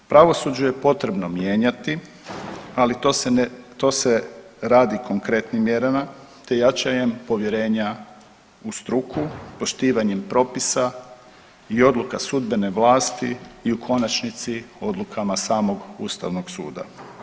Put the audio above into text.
Pravosuđu je potrebno mijenjati, ali to se radi konkretnim mjerama te jačanjem povjerenja u struku, poštivanjem propisa i odluka sudbene vlasti i u konačnici odlukama samog Ustavnog suda.